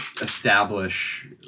establish